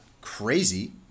crazy